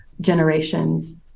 generations